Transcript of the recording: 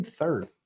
third